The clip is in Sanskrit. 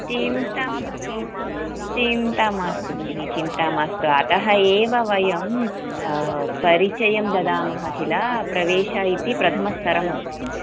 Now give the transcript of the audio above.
चिन्ता मास्तु चिन्ता मास्तु भगिनि चिन्ता मास्तु अतः एव वयं परिचयं ददामः किल प्रवेश इति प्रथमस्तरः अस्ति